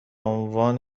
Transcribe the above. عنوان